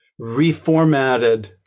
reformatted